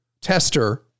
tester